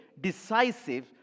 decisive